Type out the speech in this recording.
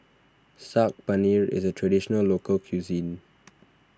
Saag Paneer is a Traditional Local Cuisine